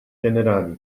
ġenerali